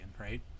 right